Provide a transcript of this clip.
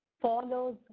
follows